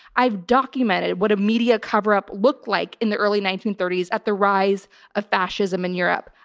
i've documented what a media cover up looked like in the early nineteen thirty s at the rise of fascism in europe.